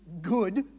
good